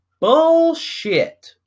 bullshit